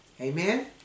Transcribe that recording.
Amen